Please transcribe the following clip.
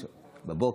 בבוקר,